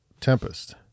Tempest